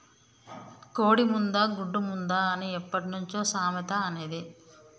కోడి ముందా, గుడ్డు ముందా అని ఎప్పట్నుంచో సామెత అనేది